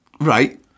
Right